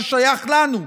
ששייך לנו,